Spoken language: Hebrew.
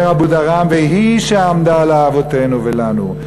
אומר אבודרהם: "והיא שעמדה לאבותינו ולנו",